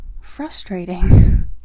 frustrating